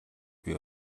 бий